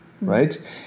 Right